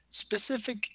specific